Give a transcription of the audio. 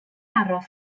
aros